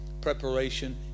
preparation